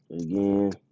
again